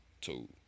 Two